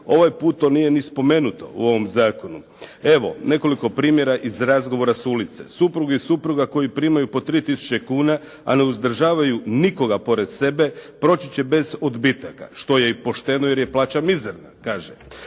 Ovaj put to nije ni spomenuto u ovom zakonu. Evo nekoliko primjera iz razgovora s ulice. Suprug i supruga koji primaju po 3 000 kuna, a ne uzdržavaju nikoga pored sebe proći će bez odbitaka, što je i pošteno jer je plaća mizerna, kaže,